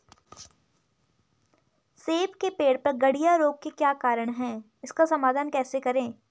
सेब के पेड़ पर गढ़िया रोग के क्या कारण हैं इसका समाधान कैसे करें?